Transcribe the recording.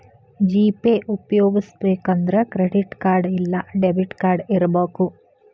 GPay ಉಪ್ಯೊಗಸ್ಬೆಕಂದ್ರ credit card ಇಲ್ಲಾ debit card ಇರಬಕು